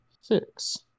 six